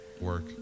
Work